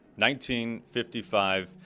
1955